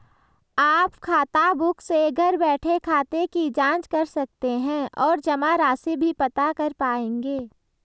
आप खाताबुक से घर बैठे खाते की जांच कर सकते हैं और जमा राशि भी पता कर पाएंगे